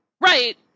Right